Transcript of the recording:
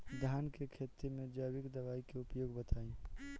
धान के खेती में जैविक दवाई के उपयोग बताइए?